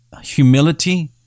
humility